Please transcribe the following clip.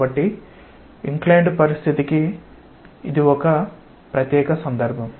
కాబట్టి ఇంక్లైన్డ్ పరిస్థితికి ఇది ఒక ప్రత్యేక సందర్భం